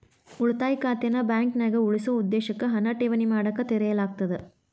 ಉಳಿತಾಯ ಖಾತೆನ ಬಾಂಕ್ನ್ಯಾಗ ಉಳಿಸೊ ಉದ್ದೇಶಕ್ಕ ಹಣನ ಠೇವಣಿ ಮಾಡಕ ತೆರೆಯಲಾಗ್ತದ